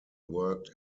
worked